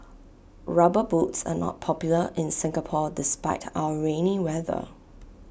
rubber boots are not popular in Singapore despite our rainy weather